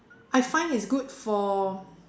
I find it's good for